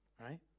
right